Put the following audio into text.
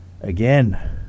Again